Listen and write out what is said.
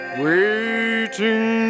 waiting